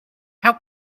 how